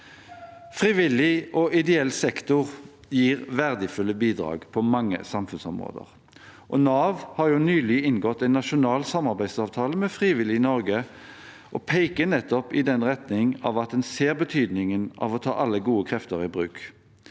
Frivillig og ideell sektor gir verdifulle bidrag på mange samfunnsområder. Nav har nylig inngått en nasjonal samarbeidsavtale med Frivillighet Norge og peker nettopp i den retning at en ser betydningen av å ta alle gode krefter i bruk.